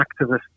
activist